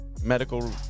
medical